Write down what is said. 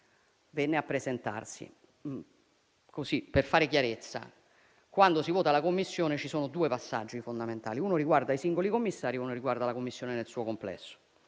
venne a presentarsi. Lo dico per fare chiarezza. Quando si vota per la Commissione, ci sono due passaggi fondamentali: uno riguarda i singoli commissari, uno riguarda la Commissione nel suo complesso.